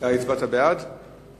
התרבות והספורט נתקבלה.